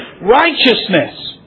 righteousness